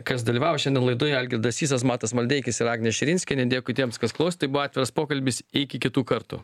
kas dalyvavo šiandien laidoj algirdas sysas matas maldeikis ir agnė širinskienė dėkui tiems kas klausė tai buvo atviras pokalbis iki kitų kartų